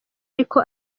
ariko